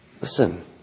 Listen